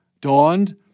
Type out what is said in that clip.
dawned